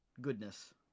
goodness